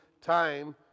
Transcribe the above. time